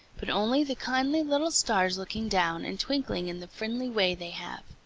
but only the kindly little stars looking down and twinkling in the friendly way they have.